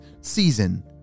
season